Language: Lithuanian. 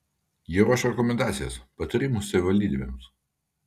jie ruoš rekomendacijas patarimus savivaldybėms